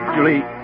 Julie